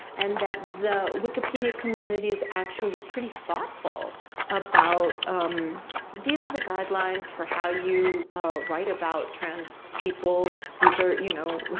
and that the wikipedia community's actually pretty thoughtful about um these are the guideline for how you write about trans people, these are, you know